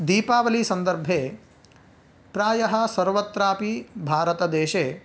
दीपावलिसन्दर्भे प्रायः सर्वत्रापि भारतदेशे